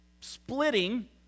splitting